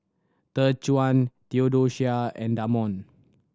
Dejuan Theodosia and Damond